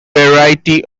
variety